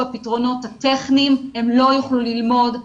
הפתרונות הטכניים הם לא יוכלו ללמוד,